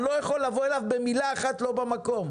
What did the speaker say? אני לא יכול לבוא אליו במילה אחת לא במקום.